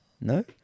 No